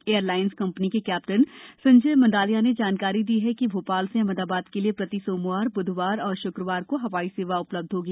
airlines company के captain Sanjay Mandalia ने जानकारी दी कि भोपाल से अहमदाबाद के लिए प्रति सोमवार ब्धवार और श्क्रवार को हवाई सेवा उपलब्ध होगी